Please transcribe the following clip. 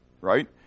right